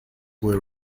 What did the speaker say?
were